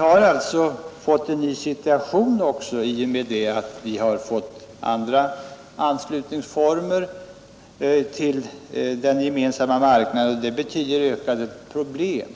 har också uppstått en ny situation i och med att vi har fått olika former för anslutning till den gemensamma marknaden, och det betyder problem.